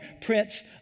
Prince